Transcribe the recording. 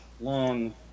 long